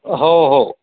हो हो